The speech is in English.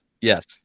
yes